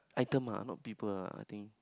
item ah not people lah I think